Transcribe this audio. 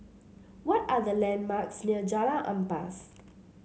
what are the landmarks near Jalan Ampas